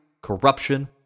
corruption